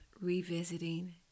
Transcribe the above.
revisiting